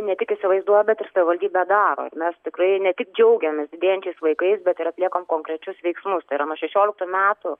ne tik įsivaizduoja bet ir savivaldybė daro ir mes tikrai ne tik džiaugiamės didėjančiais vaikais bet ir atliekant konkrečius veiksmus tai yra nuo šešioliktų metų